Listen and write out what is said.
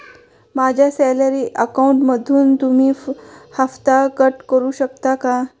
माझ्या सॅलरी अकाउंटमधून तुम्ही हफ्ता कट करू शकता का?